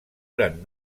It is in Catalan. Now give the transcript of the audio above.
gran